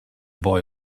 boy